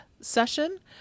session